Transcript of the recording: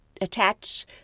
attach